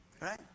right